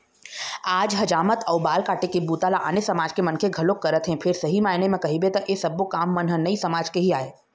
आज हजामत अउ बाल काटे के बूता ल आने समाज के मनखे घलोक करत हे फेर सही मायने म कहिबे त ऐ सब्बो काम मन ह नाई समाज के ही आय